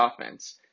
offense